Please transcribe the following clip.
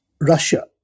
Russia